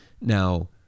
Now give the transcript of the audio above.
Now